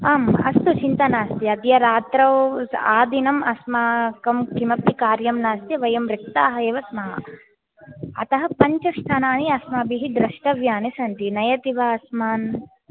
आम् अस्तु चिन्ता नास्ति अद्य रात्रौ आदिनम् अस्माकं किमपि कार्यं नास्ति वयं रिक्ताः एव स्मः अतः पञ्चस्थानानि अस्माभिः द्रष्टव्यानि सन्ति नयति वा अस्मान्